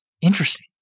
Interesting